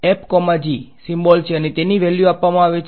તેથી સીમ્બોલ છે અને તેની વલ્યુ આપવામાં આવે છે